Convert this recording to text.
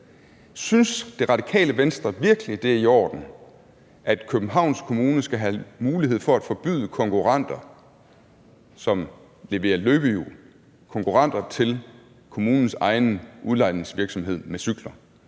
Synes Det Radikale Venstre virkelig, at det er i orden, at Københavns Kommune skal have mulighed for at forbyde konkurrenter, som leverer løbehjul, altså konkurrenter til kommunens egen udlejningsvirksomhed med cykler?